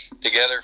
together